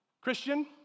Christian